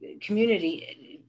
community